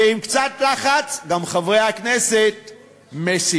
ועם קצת לחץ, גם חברי הכנסת משיגים.